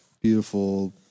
beautiful